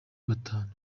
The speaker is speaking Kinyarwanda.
batanu